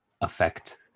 affect